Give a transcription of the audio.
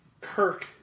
Kirk